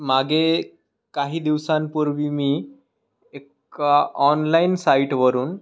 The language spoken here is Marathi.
मागे काही दिवसांपूर्वी मी एका ऑनलाईन साईटवरून